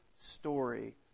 story